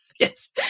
Yes